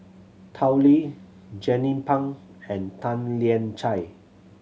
Tao Li Jernnine Pang and Tan Lian Chye